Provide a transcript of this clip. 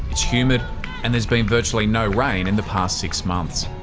it's humid and there's been virtually no rain in the past six months.